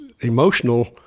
emotional